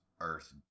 Earth